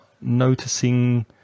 noticing